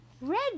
Red